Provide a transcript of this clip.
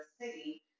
City